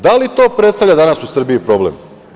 Da li to predstavlja danas u Srbiji problem?